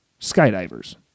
Skydivers